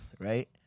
right